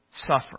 suffering